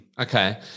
Okay